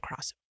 crossover